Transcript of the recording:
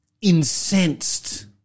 incensed